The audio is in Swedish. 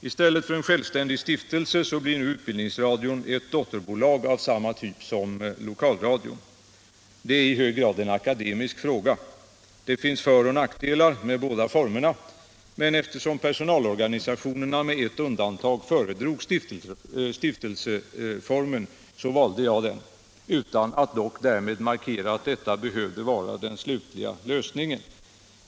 I stället för en självständig stiftelse blir nu utbildningsradion ett dotterbolag av samma typ som lokalradion. Detta är i hög grad en akademisk fråga. Det finns för och nackdelar med båda formerna, men eftersom personalorganisationerna med ett undantag föredrog stiftelseformen så valde jag den, utan att dock därmed markera att det behövde vara den slutliga lösningen.